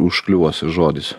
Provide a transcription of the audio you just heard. užkliuvosi žodis